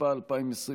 התשפ"א 2021,